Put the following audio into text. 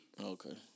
Okay